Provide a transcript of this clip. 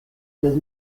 does